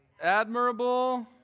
admirable